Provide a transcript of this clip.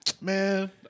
Man